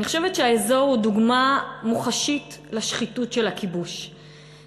אני חושבת שהאזור הוא דוגמה מוחשית לשחיתות של הכיבוש,